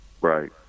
right